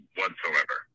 whatsoever